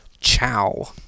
Ciao